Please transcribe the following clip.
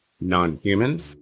non-human